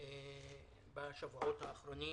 בשבועות האחרונים